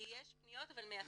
יש פניות אבל הן מעטות,